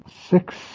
six